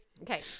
Okay